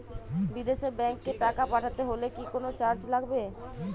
বিদেশের ব্যাংক এ টাকা পাঠাতে হলে কি কোনো চার্জ লাগবে?